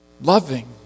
loving